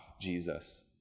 Jesus